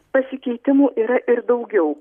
pasikeitimų yra ir daugiau